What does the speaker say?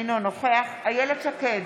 אינו נוכח איילת שקד,